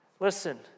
Listen